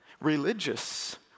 Religious